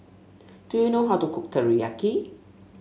do you know how to cook Teriyaki